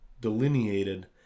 delineated